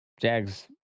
Jags